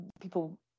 people